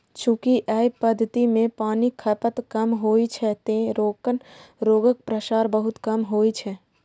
चूंकि अय पद्धति मे पानिक खपत कम होइ छै, तें रोगक प्रसार बहुत कम होइ छै